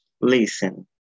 listen